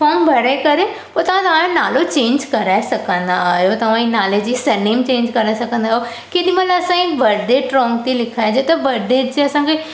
farm भरे करे पोइ तव्हां पंहिंजो नालो चैंज कराए सघंदा आहियो तव्हांजे नाले जी सरनेम चैंज कराए सघंदा आहियो केॾी महिल असांजी बर्डेट रॉन्ग थी लिखाइजे त बर्डेट जी असांखे